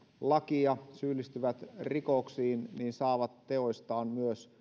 lakia syyllistyvät rikoksiin myös saavat teoistaan